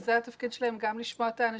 והתפקיד שלהם הוא גם לשמוע את האנשים.